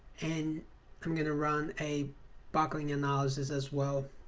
and i'm going to run a buckling analysis as well